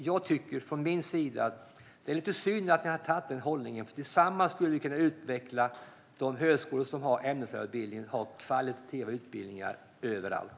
Jag tycker att det är lite synd att ni har antagit den hållningen, för tillsammans skulle vi kunna utveckla de högskolor som har ämneslärarutbildning, så att det blir kvalitativa utbildningar överallt.